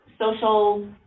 social